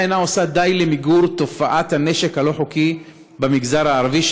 אינה עושה די למיגור תופעת הנשק הלא-חוקי במגזר הערבי,